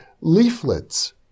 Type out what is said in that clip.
leaflets